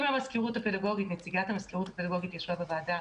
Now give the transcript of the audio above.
עם נציגת המזכירות הפדגוגית שגם ישבה בוועדה.